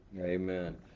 Amen